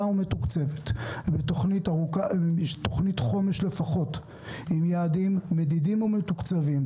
ומתוקצבת לתוכנית חומש לפחות עם יעדים מדידים ומתוקצבים,